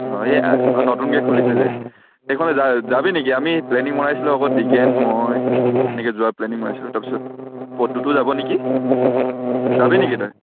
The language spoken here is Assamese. অ' এই নতুনকৈ খুলিছে যে এইখন যাবি নেকি আমি প্লেনিং বনাইছিলোঁ আক' ডিগেন মই এনেকৈ যোৱা প্লেনিং বনাইছিলোঁ তাৰপিছত প্ৰদ্যুতো যাব নিকি যাবি নেকি তই